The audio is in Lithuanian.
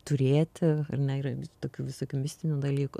turėti ar ne ir tokių visokių mistinių dalykų